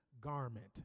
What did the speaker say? garment